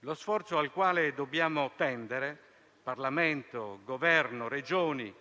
Lo sforzo al quale dobbiamo tendere - Parlamento, Governo, Regioni,